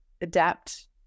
adapt